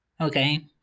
okay